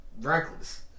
Reckless